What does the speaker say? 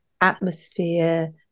atmosphere